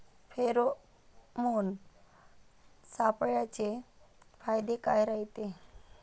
Pheromone सापळ्याचे फायदे काय रायते?